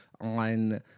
on